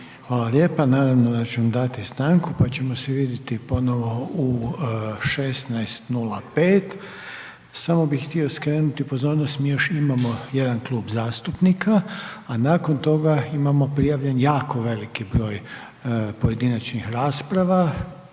Hvala lijepo. Naravno da ću vam dati stanku pa ćemo se vidjeti ponovo u 16,05. Samo bi htio skrenuti pozornost mi još imamo jedan klub zastupnika, a nakon toga imamo prijavljen jako veliki broj pojedinačnih rasprava,